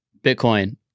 Bitcoin